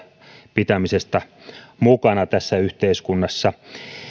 pitämisestä mukana tässä yhteiskunnassa